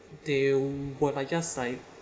they were like just like